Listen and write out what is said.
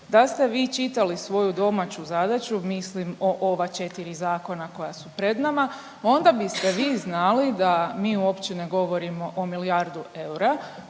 da ste vi čitali svoju domaću zadaću, mislim o ova 4 zakona koja su pred nama, onda biste vi znali da mi uopće ne govorimo o milijardu eura